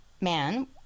man